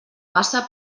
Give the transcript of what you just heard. bassa